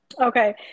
okay